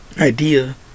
idea